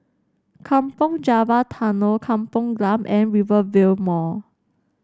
Kampong Java Tunnel Kampung Glam and Rivervale Mall